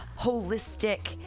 holistic